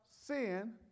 sin